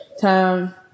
Time